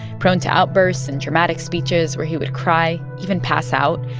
prone to outbursts and dramatic speeches where he would cry, even pass out.